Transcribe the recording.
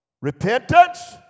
Repentance